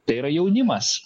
tai yra jaunimas